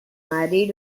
married